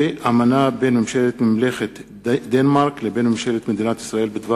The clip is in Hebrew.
אמנה בין ממשלת ממלכת דנמרק לבין ממשלת מדינת ישראל בדבר